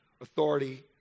authority